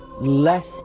less